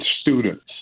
students